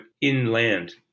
inland